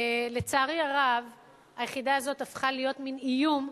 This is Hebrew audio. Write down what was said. לצערי הרב היחידה הזאת הפכה להיות מין איום,